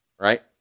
right